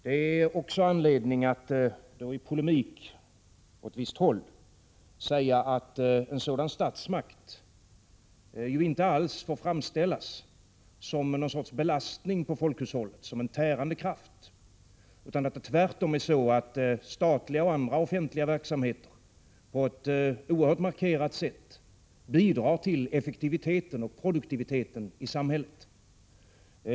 Det finns också anledning att — då i polemik åt visst håll — säga att en sådan statsmakt inte alls får framställas som någon sorts belastning på folkhushållet, som en tärande kraft. Tvärtom är det så att statliga och andra offentliga verksamheter på ett mycket markerat sätt bidrar till effektiviteten och produktiviteten i samhället.